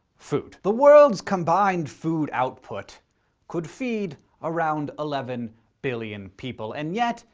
food. the world's combined food output could feed around eleven billion people, and yet,